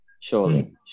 Surely